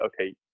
okay